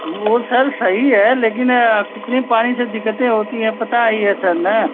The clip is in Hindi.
वो सर सही है लेकिन कितने पानी से दिक्कतें होती हैं पता ही है सर न